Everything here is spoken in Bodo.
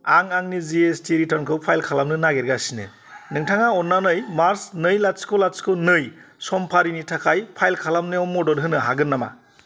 आं आंनि जि एस टि रिटार्नखौ फाइल खालामनो नागिरगासिनो नोंथाङा अन्नानै मार्च नै लाथिख' लाथिख' नै सम्फारिनि थाखाय फाइल खालामनायाव मदद होनो हागोन नामा